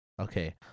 Okay